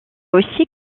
aussi